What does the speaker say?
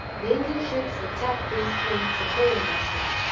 the english ships attacked these fleets of herring-busses,